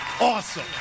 Awesome